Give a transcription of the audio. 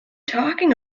talking